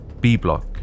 B-block